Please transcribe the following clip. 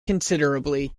considerably